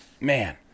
Man